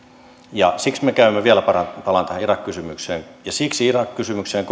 ja vielä palaan tähän irak kysymykseen ja siksi irak kysymykseen